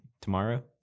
tomorrow